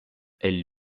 elles